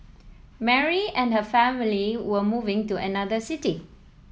Mary and her family were moving to another city